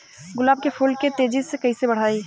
गुलाब के फूल के तेजी से कइसे बढ़ाई?